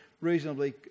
reasonably